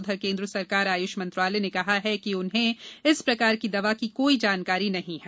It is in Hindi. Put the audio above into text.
उधर केन्द्र सरकार आयुष मंत्रालय ने कहा है कि उन्हें इस प्रकार की दवा की कोई जानकारी नहीं है